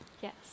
Yes